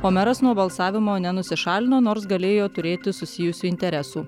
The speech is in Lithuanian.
o meras nuo balsavimo nenusišalino nors galėjo turėti susijusių interesų